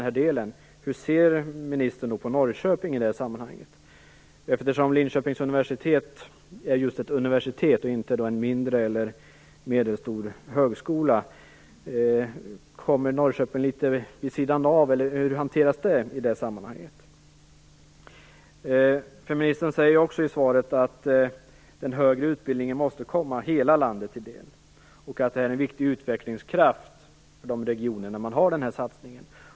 Hur ser ministern på Norrköping i detta sammanhang, när vi talar om den här delen? Linköpings universitet är just ett universitet, och inte en mindre eller medelstor högskola. Kommer Norrköping litet vid sidan av, eller hur hanteras det i detta sammanhang? Ministern säger i svaret att den högre utbildningen måste komma hela landet till del och att det är en viktig utvecklingskraft för de regioner där man gör denna satsning.